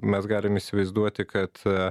mes galim įsivaizduoti kad